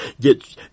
get